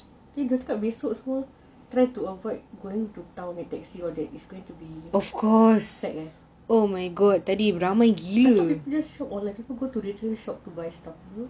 dia cakap besok semua try to avoid going to town in taxi all that is going to be packed eh I thought people stop to go to retail shop to buy stuff